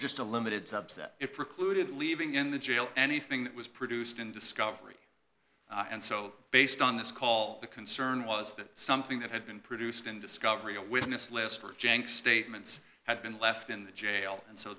just a limited subset it precluded leaving in the jail anything that was produced in discovery and so based on this call the concern was that something that had been produced in discovery a witness list or jank statements had been left in the jail and so